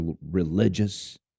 religious